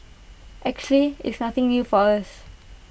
actually it's nothing new for us